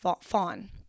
fawn